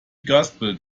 gasped